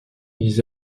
ils